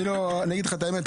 אני אגיד לך את האמת,